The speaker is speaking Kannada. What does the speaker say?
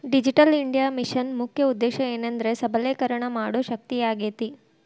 ಡಿಜಿಟಲ್ ಇಂಡಿಯಾ ಮಿಷನ್ನ ಮುಖ್ಯ ಉದ್ದೇಶ ಏನೆಂದ್ರ ಸಬಲೇಕರಣ ಮಾಡೋ ಶಕ್ತಿಯಾಗೇತಿ